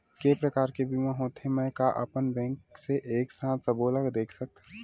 के प्रकार के बीमा होथे मै का अपन बैंक से एक साथ सबो ला देख सकथन?